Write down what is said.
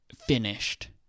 finished